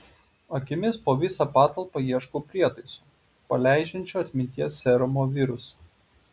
akimis po visą patalpą ieškau prietaiso paleidžiančio atminties serumo virusą